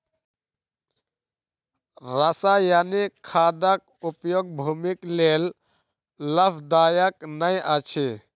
रासायनिक खादक उपयोग भूमिक लेल लाभदायक नै अछि